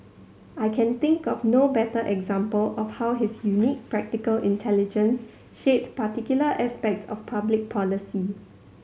I can think of no better example of how his unique practical intelligence shaped particular aspects of public policy